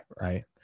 right